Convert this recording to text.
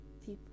people